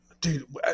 dude